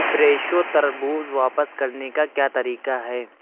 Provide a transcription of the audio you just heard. فریشو تربوز واپس کرنے کا کیا طریقہ ہے